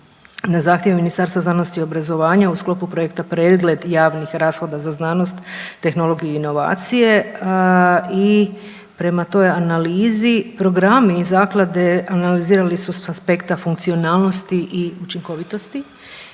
na zahtjev Ministarstva znanosti i obrazovanja u sklopu projekta „Pregled javnih rashoda za znanost, tehnologiju i inovacije“ i prema toj analizi programi zaklade analizirali su sa aspekta funkcionalnosti i učinkovitosti